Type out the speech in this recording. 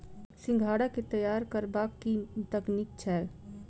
सिंघाड़ा केँ तैयार करबाक की तकनीक छैक?